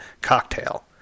cocktail